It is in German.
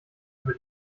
über